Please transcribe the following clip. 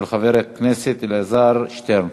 של חבר הכנסת אלעזר שטרן.